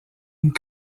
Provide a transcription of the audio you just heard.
une